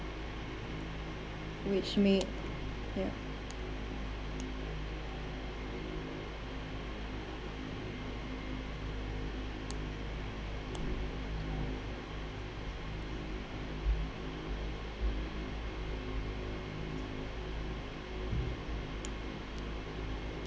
which may yup